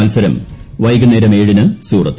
മൽസരം വൈകുന്നേരം ഏഴിന് സൂറത്തിൽ